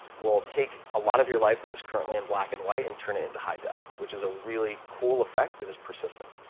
will take a lot of your life that is currently in black and white and turn it into high def, which is a really cool effect that is persistent.